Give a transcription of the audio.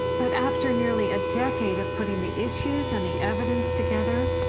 but after nearly a decade of putting the issues and the evidence together,